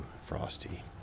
Frosty